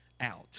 out